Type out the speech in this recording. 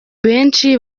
benshi